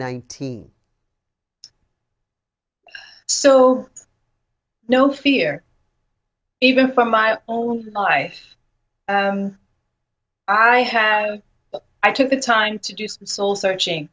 nineteen so no fear even for my own life i have i took the time to do some soul searching